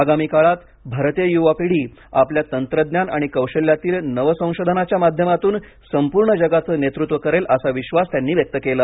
आगामी काळात भारतीय युवा पिढी आपल्या तंत्रज्ञान आणि कौशल्यातील नवसंशोधनाच्या माध्यमातून संपूर्ण जगाचं नेतृत्व करेल असा विश्वास त्यांनी व्यक्त केला